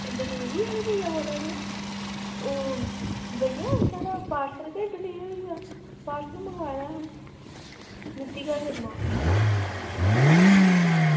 एह् डिलवरी आह्ले भैया बोल्ला दे ओ ते ओह् भैया साढ़ा पॉर्सल गै डिले होई गेआ पॉर्सल मंगवाया हा नीतिका शर्मा